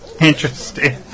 interesting